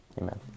Amen